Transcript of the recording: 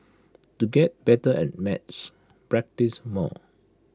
to get better at maths practise more